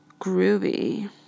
groovy